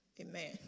Amen